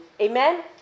Amen